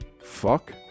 fuck